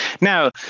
Now